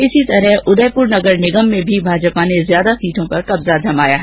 इसी तरह उदयपुर नगर निगम में भी भाजपा ने ज्यादा सीटों पर कब्जा जमाया है